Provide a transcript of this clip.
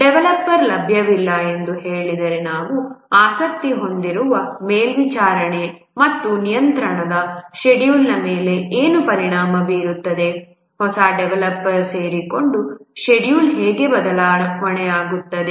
developer ಲಭ್ಯವಿಲ್ಲ ಎಂದು ಹೇಳಿದರೆ ನಾವು ಆಸಕ್ತಿ ಹೊಂದಿರುವ ಮೇಲ್ವಿಚಾರಣೆ ಮತ್ತು ನಿಯಂತ್ರಣ ಷೆಡ್ಯೂಲ್ನ ಮೇಲೆ ಏನು ಪರಿಣಾಮ ಬೀರುತ್ತದೆ ಹೊಸ ಡೆವಲಪರ್ ಸೇರಿಕೊಂಡರೆ ಷೆಡ್ಯೂಲ್ ಹೇಗೆ ಬದಲಾವಣೆಆಗುತ್ತದೆ